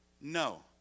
no